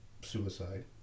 suicide